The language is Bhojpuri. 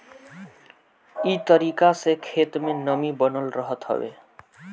इ तरीका से खेत में नमी बनल रहत हवे